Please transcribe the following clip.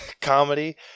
comedy